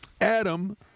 Adam